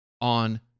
on